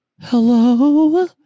hello